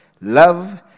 love